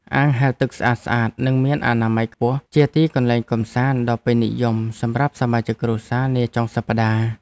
អាងហែលទឹកស្អាតៗនិងមានអនាម័យខ្ពស់ជាទីកន្លែងកម្សាន្តដ៏ពេញនិយមសម្រាប់សមាជិកគ្រួសារនាចុងសប្តាហ៍។